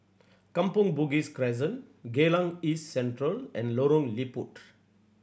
Kampong Bugis Crescent Geylang East Central and Lorong Liput